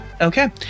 Okay